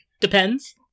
Depends